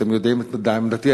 אתם יודעים את עמדתי.